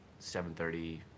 7.30